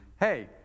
hey